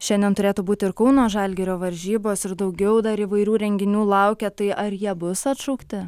šiandien turėtų būti ir kauno žalgirio varžybos ir daugiau dar įvairių renginių laukia tai ar jie bus atšaukti